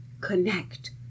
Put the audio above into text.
connect